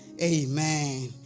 Amen